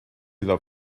iddo